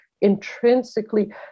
intrinsically